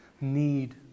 need